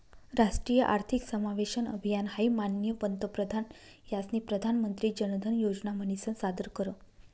राष्ट्रीय आर्थिक समावेशन अभियान हाई माननीय पंतप्रधान यास्नी प्रधानमंत्री जनधन योजना म्हनीसन सादर कर